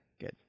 Good